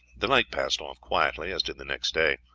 the night passed off quietly, as did the next day.